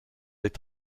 est